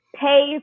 pay